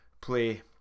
play